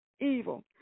Evil